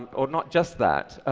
or not just that.